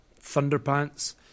Thunderpants